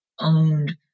owned